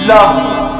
Love